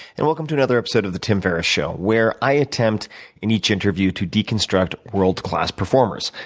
and welcome to another episode of the tim ferriss show where i attempt in each interview to deconstruct world class performers.